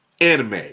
anime